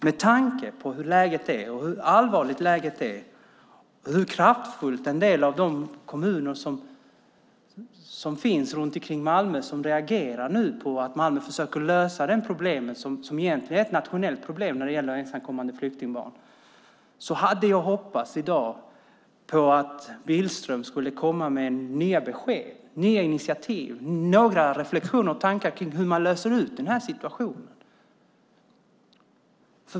Med tanke på hur allvarligt läget är och hur kraftfullt en del av de kommuner som finns runt Malmö reagerar på hur Malmö försöker lösa det här problemet, som egentligen är nationellt, hade jag hoppats på att Billström i dag skulle komma med nya besked, initiativ och några reflexioner och tankar om hur man löser situationen.